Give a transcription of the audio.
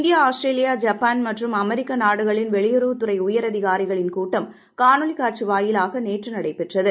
India Australia Japan மற்றும் அமெரிக்க நாடுகளின் வெளியுறவுத் துறை உயரதிகாரிகளின் கூட்டம் காணொளி காட்சி வாயிலாக நேற்று நடைபெற்றது